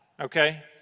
Okay